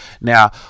Now